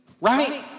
right